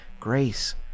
grace